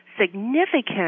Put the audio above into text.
significant